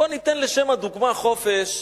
בוא ניתן לשם הדוגמה, חופש.